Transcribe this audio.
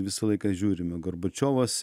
visą laiką žiūrime gorbačiovas